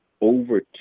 over